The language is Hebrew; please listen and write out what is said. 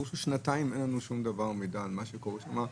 מזה שנתיים אין לנו שום מידע על מה שקורה שם.